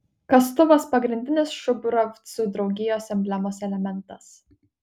kastuvas pagrindinis šubravcų draugijos emblemos elementas